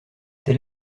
tel